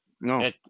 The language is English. No